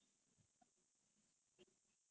ya I like village